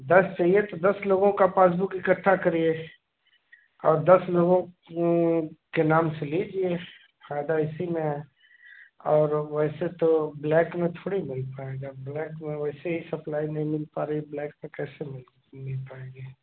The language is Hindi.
दस चाहिए तो दस लोगों का पासबुक इकट्ठा करिए और दस लोगों के नाम से लीजिए फ़ायदा इसी में है और वैसे तो ब्लैक में थोड़ी मिल पाएगा ब्लैक में वैसे ही सप्लाई नहीं मिल पा रही है ब्लैक से कैसे मिल मिल पाएगी